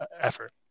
effort